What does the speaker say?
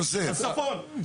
בצפון,